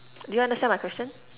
do you understand my question